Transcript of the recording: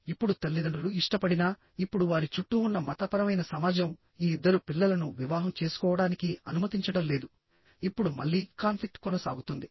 ఇప్పుడు తల్లిదండ్రులు ఇష్టపడినా ఇప్పుడు వారి చుట్టూ ఉన్న మతపరమైన సమాజం ఈ ఇద్దరు పిల్లలను వివాహం చేసుకోవడానికి అనుమతించడం లేదు ఇప్పుడు మల్లీ కాన్ఫ్లిక్ట్ కొనసాగుతుంది